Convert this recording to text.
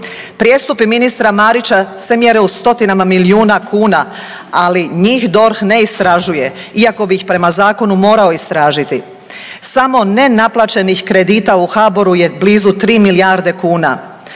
Prijestupi ministra Marića se mjere u stotinama milijuna kuna, ali njih DORH ne istražuje, iako bi ih prema Zakonu morao istražiti. Samo ne naplaćenih kredita u HBOR-u je blizu 3 milijarde kuna,